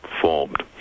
formed